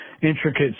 intricate